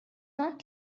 not